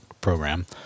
program